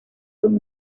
con